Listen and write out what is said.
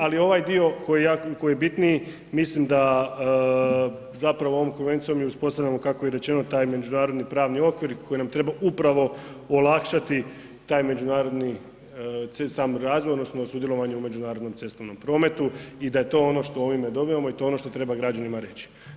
Ali ovaj dio koji je bitniji mislim da zapravo ovom konvencijom mi uspostavljamo kako je i rečeno taj međunarodni pravni okvir koji bi nam trebao upravo olakšati taj međunarodni sam razvoj odnosno sudjelovanje u međunarodnom cestovnom prometu i da je to ono što ovime dobivamo i to je ono što treba građanima reći.